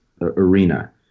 arena